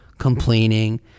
Complaining